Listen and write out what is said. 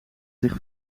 zich